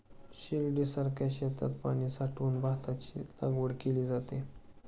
शिर्डीसारख्या शेतात पाणी साठवून भाताची लागवड केली जाते